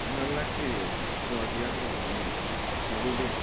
मलाई लाग्छ यो पदयात्रा भन्ने सबैले